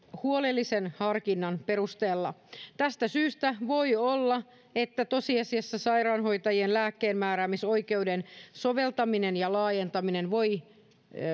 huolellisen harkinnan perusteella tästä syystä voi olla että tosiasiassa sairaanhoitajien lääkkeenmääräämisoikeuden soveltaminen ja laajentaminen voi